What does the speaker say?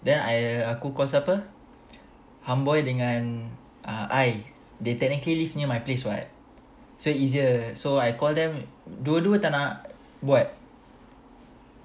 then I aku call siapa ham boy dengan uh I they technically live near my place [what] so easier so I call them dua dua tak nak buat